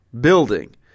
building